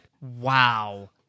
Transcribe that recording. Wow